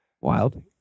Wild